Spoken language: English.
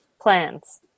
plans